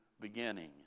beginning